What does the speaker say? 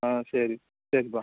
ஆ சரி சரிப்பா